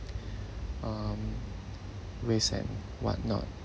um waste and whatnot